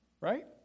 right